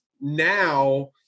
now